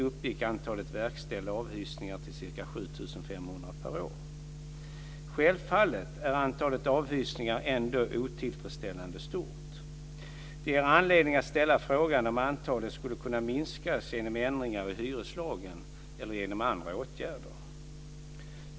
Under mitten av Självfallet är antalet avhysningar ändå otillfredsställande stort. Det ger anledning att ställa frågan om antalet skulle kunna minskas genom ändringar i hyreslagen eller genom andra åtgärder.